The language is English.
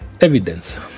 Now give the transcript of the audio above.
evidence